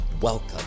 Welcome